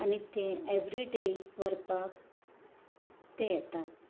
आनी तें एवरीडे व्हरपाक ते येतात